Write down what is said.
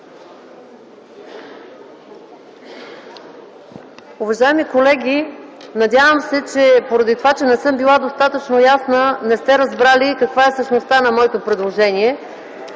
Уважаеми колеги, надявам се, че поради това че не съм била достатъчно ясна, не сте разбрали каква е същността на моето предложение.